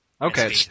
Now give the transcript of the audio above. Okay